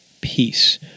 peace